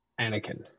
Anakin